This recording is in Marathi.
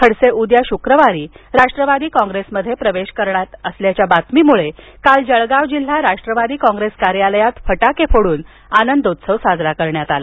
खडसे उद्या शुक्रवारी राष्ट्रवादी कॉप्रेसमध्ये प्रवेश करणार असल्याच्या बातमीमुळे काल जळगाव जिल्हा राष्ट्रवादी कॉप्रेस कार्यालयात फटाके फोडून आनंदोत्सव साजरा करण्यात आला